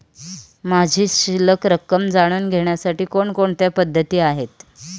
माझी शिल्लक रक्कम जाणून घेण्यासाठी कोणकोणत्या पद्धती आहेत?